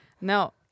no